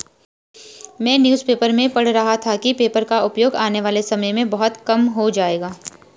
मैं newspaper में पढ़ रहा था कि पेपर का उपयोग आने वाले समय में बहुत कम हो जाएगा